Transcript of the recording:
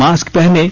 mask पहनें